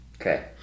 Okay